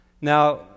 Now